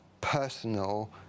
personal